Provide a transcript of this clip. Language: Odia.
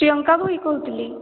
ପ୍ରିୟଙ୍କା ଭୋଇ କହୁଥିଲି